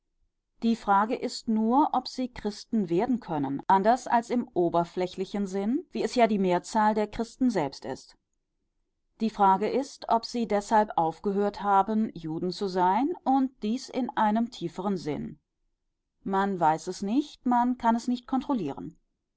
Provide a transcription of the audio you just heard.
die frage ist nur ob sie christen werden können anders als im oberflächlichen sinn wie es ja die mehrzahl der christen selbst ist die frage ist ob sie deshalb aufgehört haben juden zu sein und dies in einem tieferen sinn man weiß es nicht man kann es nicht kontrollieren